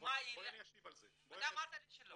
אתה אמרת לי שלא.